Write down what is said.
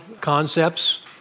concepts